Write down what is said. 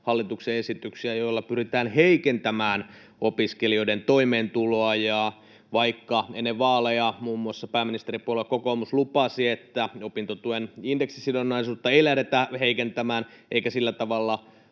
hallituksen esityksiä, joilla pyritään heikentämään opiskelijoiden toimeentuloa. Vaikka ennen vaaleja muun muassa pääministeripuolue kokoomus lupasi, että opintotuen indeksisidonnaisuutta ei lähdetä heikentämään eikä sillä tavalla